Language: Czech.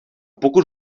pokud